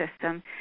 system